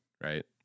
right